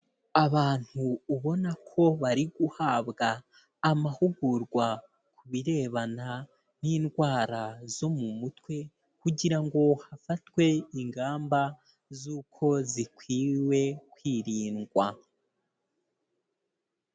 Abantu ubona ko bari guhabwa amahugurwa ku birebana n'indwara zo mu mutwe kugira ngo hafatwe ingamba zuko zikwiwe kwirindwa.